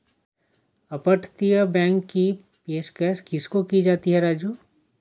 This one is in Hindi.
अपतटीय बैंक की पेशकश किसको की जाती है राजू?